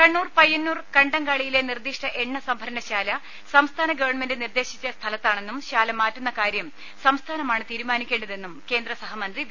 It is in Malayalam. കണ്ണൂർ പയ്യന്നൂർ കണ്ടങ്കാളിയിലെ നിർദ്ദിഷ്ട എണ്ണ സംഭരണ ശാല സംസ്ഥാന ഗവൺമെന്റ് നിർദ്ദേശിച്ച സ്ഥലത്താണെന്നും ശാല മാറ്റുന്ന കാര്യം സംസ്ഥാനമാണ് തീരുമാനിക്കേണ്ടതെന്നും കേന്ദ്ര സഹമന്തി വി